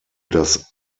das